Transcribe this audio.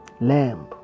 lamb